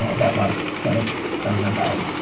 ah that month kind of kind of mentality.